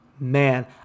Man